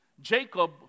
Jacob